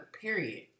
period